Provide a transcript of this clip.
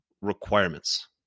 requirements